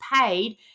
paid